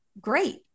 Great